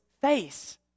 face